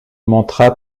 montra